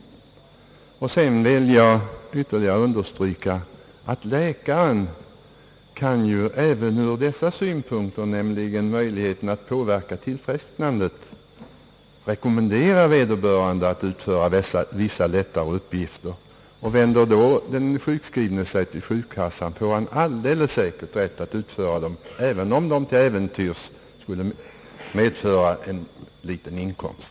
Till sist vill jag understryka, att om läkaren anser att tillfrisknandet därigenom skulle underlättas, så kan han rekommendera vederbörande att utföra vissa lättare uppgifter. Vänder sig den sjukskrivne då till sjukkassan, får han alldeles säkert medgivande att utföra dessa uppgifter, även om det till äventyrs skulle medföra en liten inkomst.